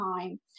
time